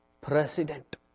president